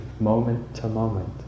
moment-to-moment